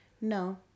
No